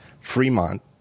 Fremont